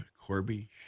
Corby